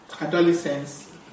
adolescence